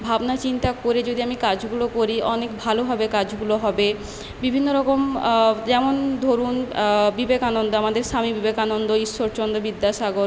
ভাবনা চিন্তা করে যদি আমি কাজগুলো করি অনেক ভালোভাবে কাজগুলো হবে বিভিন্ন রকম যেমন ধরুন বিবেকানন্দ আমাদের স্বামী বিবেকানন্দ ঈশ্বরচন্দ্র বিদ্যাসাগর